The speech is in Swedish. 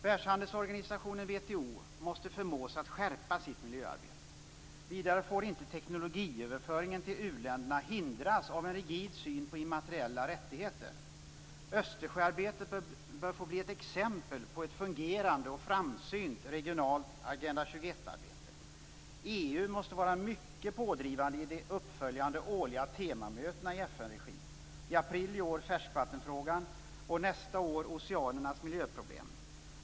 Världshandelsorganisationen WTO måste förmås att skärpa sitt miljöarbete. Vidare får inte teknologiöverföringen till u-länderna hindras av en rigid syn på immateriella rättigheter. Östersjöarbetet bör få bli ett exempel på ett fungerande och framsynt regionalt Agenda 21-arbete. EU måste vara mycket pådrivande i de uppföljande årliga temamötena i FN-regi, i april i år om färskvattenfrågan och nästa år om oceanernas miljöproblem.